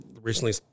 recently